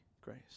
grace